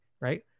right